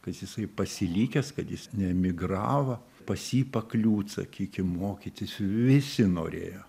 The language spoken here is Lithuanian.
kad jisai pasilikęs kad jis neemigravo pas jį pakliūt sakykim mokytis visi norėjo